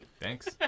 Thanks